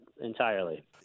entirely